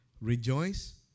Rejoice